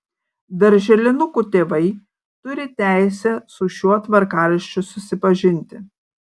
darželinukų tėvai turi teisę su šiuo tvarkaraščiu susipažinti